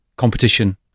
competition